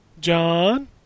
John